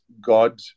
God